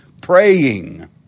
Praying